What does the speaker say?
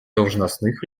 должностных